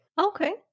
Okay